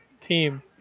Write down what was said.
team